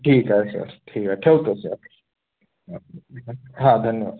ठीक आहे सर ठीक आहे ठेवतो सर हां धन्यवाद